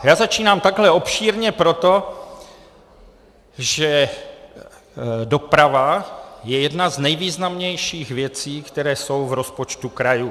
Já začínám takhle obšírně proto, že doprava je jedna z nejvýznamnějších věcí, které jsou v rozpočtu krajů.